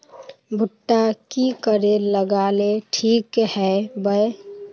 भुट्टा की करे लगा ले ठिक है बय?